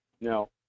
now